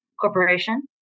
Corporation